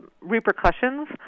repercussions